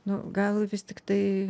nu gal vis tiktai